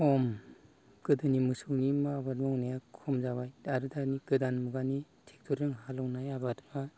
खम गोदोनि मोसौनि आबाद मावनाया खम जाबाय दा आरो दानि गोदान मुगानि ट्रेक्ट'रजों हालौनाय आबादा